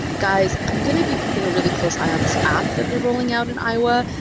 guys, i'm going to be keeping a really close eye on this app that they're rolling out in iowa,